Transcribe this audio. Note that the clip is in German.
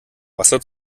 wasser